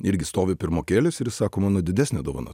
irgi stovi pirmokėlis ir jis sako mano didesnė dovana